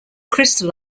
crystal